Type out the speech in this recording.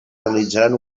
realitzaran